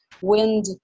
wind